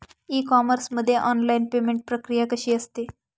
E commerce मध्ये online payment प्रक्रिया कशी असते?